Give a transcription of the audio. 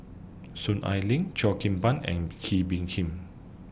Soon Ai Ling Cheo Kim Ban and Kee Bee Khim